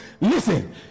Listen